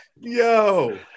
Yo